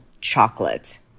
chocolate